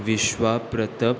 Vishwa Pratap